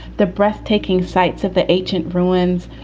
the breathtaking sights of the ancient ruins,